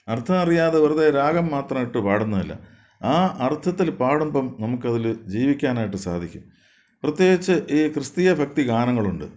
അർത്ഥം അറിയാതെ വെറുതെ രാഗം മാത്രം ഇട്ട് പാടുന്നതല്ല ആ അർത്ഥത്തിൽ പാടുമ്പം നമുക്ക് അതിൽ ജീവിക്കാനായിട്ട് സാധിക്കും പ്രത്യേകിച്ച് ഈ ക്രിസ്തീയ ഭക്തിഗാനങ്ങൾ ഉണ്ട്